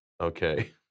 Okay